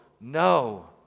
no